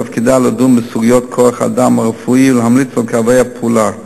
ותפקידה לדון בסוגיות כוח-האדם הרפואי ולהמליץ על קווי הפעולה.